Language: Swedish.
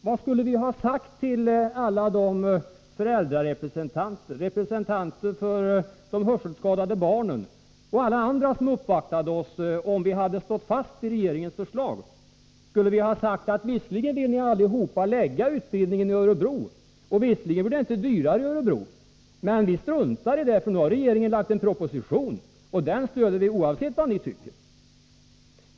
Vad skulle vi ha sagt till alla de föräldrarepresentanter, representanter för de hörselskadade barnen och alla andra som uppvaktade oss, om vi hade stått fast vid regeringens förslag? Skulle vi ha sagt: Visserligen vill ni allihop lägga utbildningen i Örebro, och visserligen blir det inte dyrare i Örebro, men vi struntar i det, för nu har regeringen lagt en proposition, och den stödjer vi oavsett vad ni tycker.